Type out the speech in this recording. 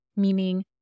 meaning